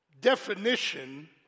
definition